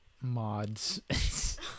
mods